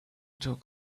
talk